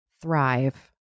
thrive